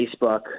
Facebook